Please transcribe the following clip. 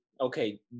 Okay